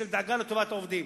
של דאגה לטובת העובדים.